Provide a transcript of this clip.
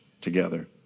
together